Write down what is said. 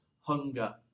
hunger